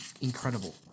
incredible